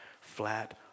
flat